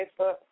Facebook